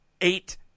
eight